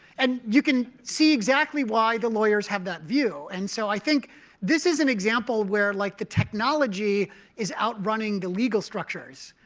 and you can see exactly why the lawyers have that view. and so i think this is an example where like the technology is outrunning the legal structures.